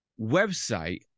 website